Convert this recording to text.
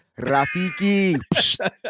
Rafiki